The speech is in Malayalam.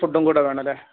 ഫുഡ്ഡും കൂടി വേണം അല്ലേ